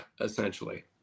essentially